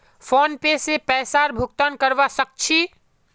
PhonePe से पैसार भुगतान करवा सकछी